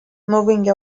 moving